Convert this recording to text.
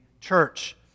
church